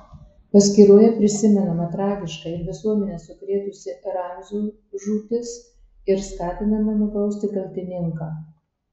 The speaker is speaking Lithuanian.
paskyroje prisimenama tragiška ir visuomenę sukrėtusi ramzio žūtis ir skatinama nubausti kaltininką